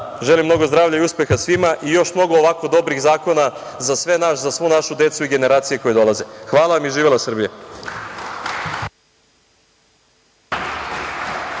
želim mnogo zdravlja i uspeha svima i još mnogo ovako dobrih zakona za sve nas, za svu našu decu i generacije koje dolaze. Hvala vam. Živela Srbija!